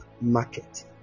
market